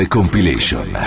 Compilation